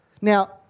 Now